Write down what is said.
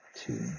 two